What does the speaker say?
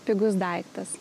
pigus daiktas